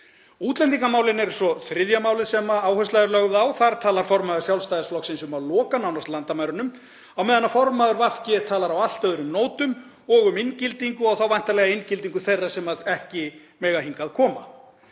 Útlendingamálin eru svo þriðja málið sem áhersla er lögð á. Þar talar formaður Sjálfstæðisflokksins um að loka nánast landamærunum á meðan formaður VG talar á allt öðrum nótum og um inngildingu og þá væntanlega inngildingu þeirra sem ekki mega hingað koma.